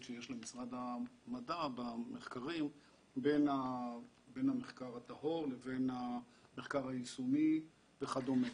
שיש למשרד המדע במחקרים בין המחקר הטהור לבין המחקר היישומי וכדומה,